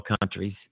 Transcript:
countries